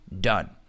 done